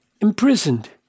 imprisoned